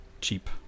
cheap